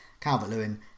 Calvert-Lewin